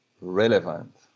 relevant